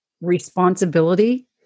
responsibility